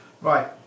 Right